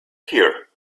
here